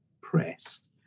press